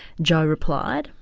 joe replied,